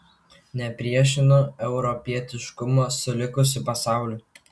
nepriešinu europietiškumo su likusiu pasauliu